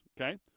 Okay